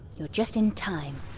you're just in time.